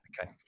Okay